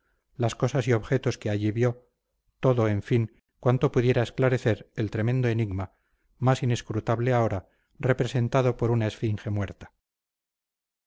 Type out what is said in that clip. las cosas y objetos que allí vio todo en fin cuanto pudiera esclarecer el tremendo enigma más inescrutable ahora representado por una esfinge muerta